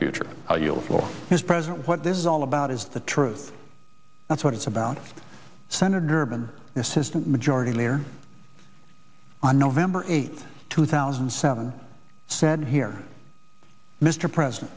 future how you present what this is all about is the truth that's what it's about senator durbin assistant majority leader on november eighth two thousand and seven said here mr president